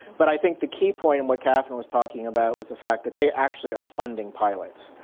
but i think the key point and what katherine was talking about was the fact that they actually are funding pilots.